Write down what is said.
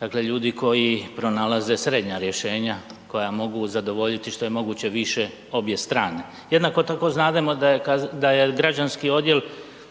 dakle ljudi koji pronalaze srednja rješenja, koja mogu zadovoljiti što je moguće više obje strane. Jednako tako, znademo da je građanski odjel